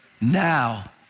Now